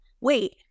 Wait